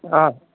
অঁ